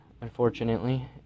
unfortunately